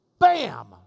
BAM